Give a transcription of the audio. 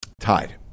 Tied